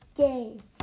game